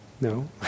No